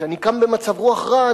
כשאני קם במצב רוח רע,